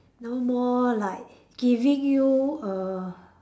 no more like giving you a